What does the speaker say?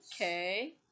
Okay